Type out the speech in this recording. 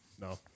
No